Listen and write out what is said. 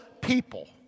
people